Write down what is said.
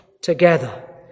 together